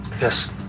Yes